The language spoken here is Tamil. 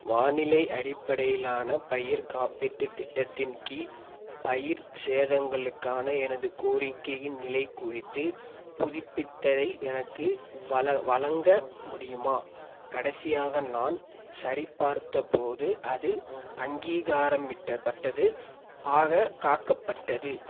வானிலை அடிப்படையிலான பயிர்க் காப்பீட்டுத் திட்டத்தின் கீழ் பயிர் சேதங்களுக்கான எனது கோரிக்கையின் நிலை குறித்து புதுப்பித்ததை எனக்கு வல வழங்க முடியுமா கடைசியாக நான் சரிபார்த்த போது அது அங்கீகாரம் இடபட்டது ஆகக் காக்கப்பட்டது